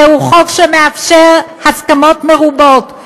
זהו חוק שמאפשר הסכמות מרובות,